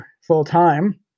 full-time